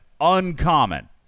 Uncommon